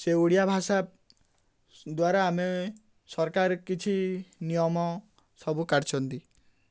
ସେ ଓଡ଼ିଆ ଭାଷା ଦ୍ୱାରା ଆମେ ସରକାର କିଛି ନିୟମ ସବୁ କାଢ଼ିଛନ୍ତି